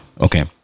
Okay